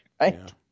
Right